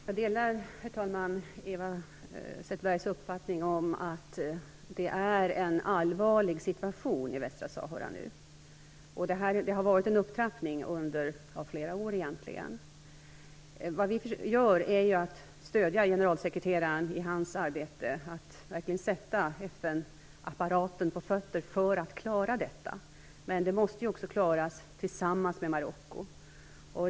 Herr talman! Jag delar Eva Zetterbergs uppfattning om att det är en allvarlig situation i Västra Sahara nu. Det har varit en upptrappning under flera år. Vad vi gör är att stödja generalsekreteraren i hans arbete att verkligen sätta FN-apparaten på fötter för att klara detta, men det måste också klaras tillsammans med Marocko.